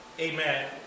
amen